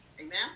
Amen